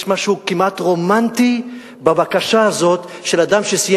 יש משהו כמעט רומנטי בבקשה הזאת של אדם שסיים